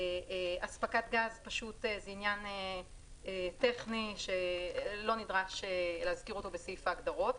"אספקת גז" זה עניין טכני שלא נדרש להזכיר אותו בסעיף ההגדרות.